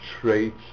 traits